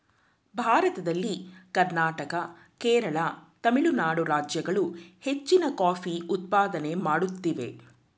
ಭಾರತದಲ್ಲಿ ಕರ್ನಾಟಕ, ಕೇರಳ, ತಮಿಳುನಾಡು ರಾಜ್ಯಗಳು ಹೆಚ್ಚಿನ ಕಾಫಿ ಉತ್ಪಾದನೆ ಮಾಡುತ್ತಿವೆ